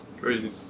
Crazy